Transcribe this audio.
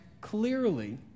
clearly